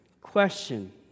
question